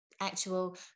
actual